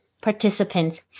participants